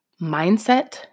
mindset